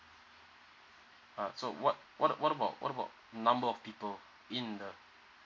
uh so what what about what about number of people in the